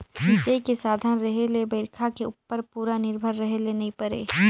सिंचई के साधन रहें ले बइरखा के उप्पर पूरा निरभर रहे ले नई परे